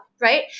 right